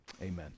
Amen